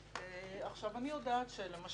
אומר את האמת,